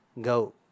go